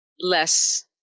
less